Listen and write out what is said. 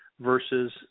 versus